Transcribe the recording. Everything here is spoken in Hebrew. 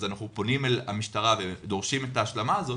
אנחנו פונים למשטרה ודורשים את ההשלמה הזאת,